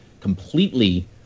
completely